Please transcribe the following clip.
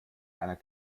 einer